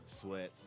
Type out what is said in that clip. Sweats